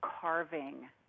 carving